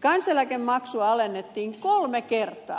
kansaneläkemaksua alennettiin kolme kertaa